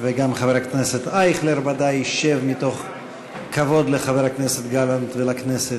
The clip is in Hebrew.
וגם אייכלר ודאי ישב מתוך כבוד לחבר הכנסת גלנט ולכנסת.